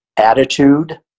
Attitude